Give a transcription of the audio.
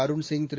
அருண்சிய் திரு